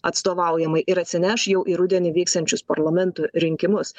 atstovaujamai ir atsineš jau į rudenį vyksiančius parlamento rinkimus